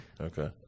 Okay